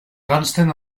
consten